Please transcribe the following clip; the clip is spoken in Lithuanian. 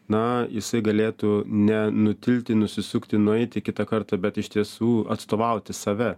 na jisai galėtų nenutilti nusisukti nueiti kitą kartą bet iš tiesų atstovauti save